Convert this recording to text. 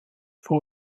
für